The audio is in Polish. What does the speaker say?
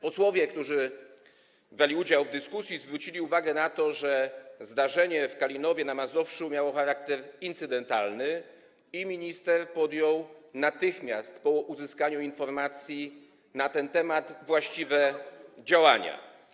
Posłowie, którzy brali udział w dyskusji, zwrócili uwagę na to, że zdarzenie w Kalinowie na Mazowszu miało charakter incydentalny i minister natychmiast po uzyskaniu informacji na ten temat podjął właściwe działania.